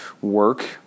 work